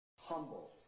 humble